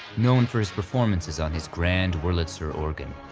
known for his performances on his grand wurlitzer organ.